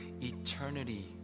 eternity